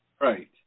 Right